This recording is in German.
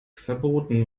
verboten